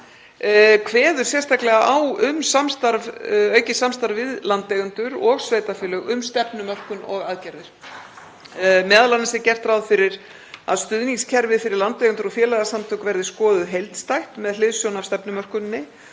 kveðið sérstaklega á um aukið samstarf við landeigendur og sveitarfélög um stefnumörkun og aðgerðir. Meðal annars er gert ráð fyrir að stuðningskerfi fyrir landeigendur og félagasamtök verði skoðuð heildstætt með hliðsjón af stefnumörkuninni